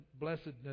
blessedness